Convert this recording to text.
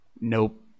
Nope